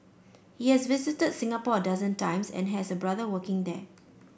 he has visited Singapore a dozen times and has a brother working there